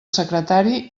secretari